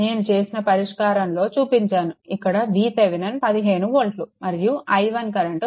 నేను చేసిన పరిష్కారంలో చూపించాను ఇక్కడ VThevenin 15 వోల్ట్లు మరియు i1 కరెంట్ 0